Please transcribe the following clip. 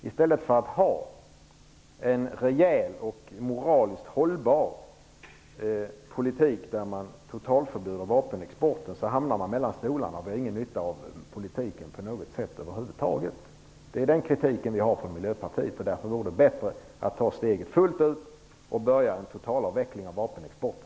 I stället för att ha en rejäl och en moraliskt hållbar politik där man totalförbjuder vapenexporten hamnar man mellan stolarna. Vi har över huvud taget ingen nytta av politiken. Det är den kritiken vi i Miljöpartiet har. Det vore därför bättre att ta steget fullt ut och påbörja en totalavveckling av vapenexporten.